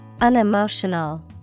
Unemotional